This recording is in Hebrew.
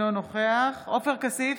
אינו נוכח עופר כסיף,